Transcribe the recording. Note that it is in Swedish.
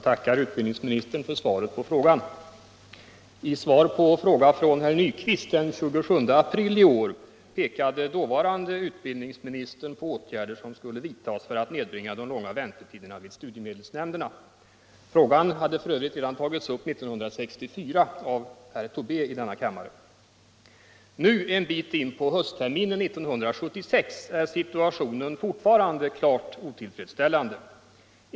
Herr talman! Jag tackar utbildningsministern för svaret på fräågan. Nu, en bit in på höstterminen 1976, är situationen fortfarande klart otillfredsställande.